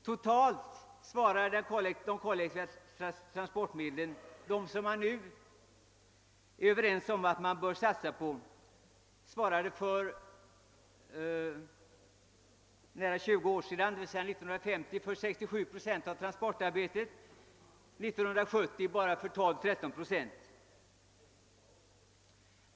Totalt svarade de kollektiva transportmedlen, som man nu är överens om att satsa på, för 20 år sedan, d.v.s. 1950, för 67 procent av transportarbetet; 1970 beräknas de svara för bara 12—13 procent.